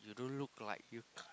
you don't look like you